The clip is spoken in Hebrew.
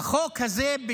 החוק הזה,